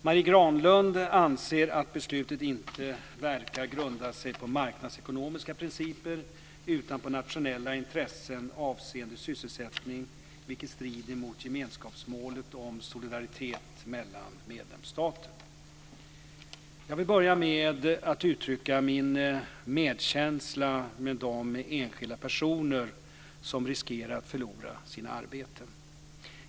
Marie Granlund anser att beslutet inte verkar grunda sig på marknadsekonomiska principer utan på nationella intressen avseende sysselsättning, vilket strider mot gemenskapsmålet om solidaritet mellan medlemsstater. Jag vill börja med att uttrycka min medkänsla med de enskilda personer som riskerar att förlora sina arbeten.